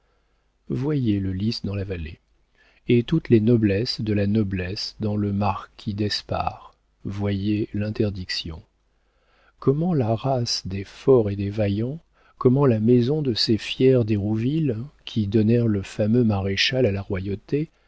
voyez le lis dans la vallée et toutes les noblesses de la noblesse dans le marquis d'espard voyez l'interdiction comment la race des forts et des vaillants comment la maison de ces fiers d'hérouville qui donnèrent le fameux maréchal à la royauté